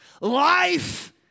life